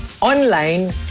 Online